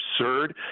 absurd